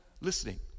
listening